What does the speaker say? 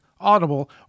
Audible